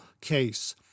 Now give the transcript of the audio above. case